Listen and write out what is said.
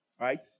right